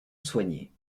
soignée